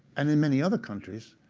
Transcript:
and in many other countries,